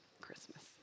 Christmas